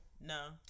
No